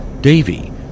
Davy